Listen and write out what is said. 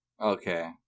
Okay